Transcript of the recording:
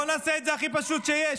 בואי נעשה את זה הכי פשוט שיש,